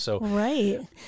Right